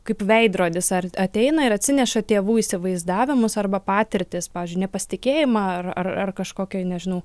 kaip veidrodis ar ateina ir atsineša tėvų įsivaizdavimus arba patirtis pavyzdžiui nepasitikėjimą ar ar kažkokio nežinau